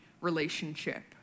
relationship